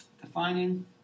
defining